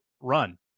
run